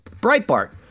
Breitbart